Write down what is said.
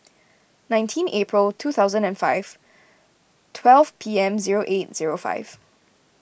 nineteen April two thousand and five twelve P M zero eight zero five